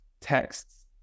texts